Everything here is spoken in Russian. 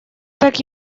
так